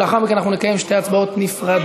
ולאחר מכן אנחנו נקיים שתי הצבעות נפרדות.